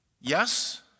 Yes